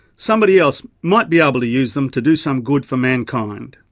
somebody else might be able to use them to do some good for mankind.